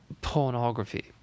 pornography